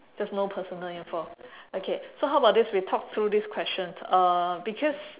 just no personal info okay so how about this we talk through this question uh because